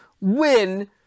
win